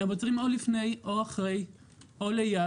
הם עוצרים או לפני או אחרי או ליד